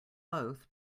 both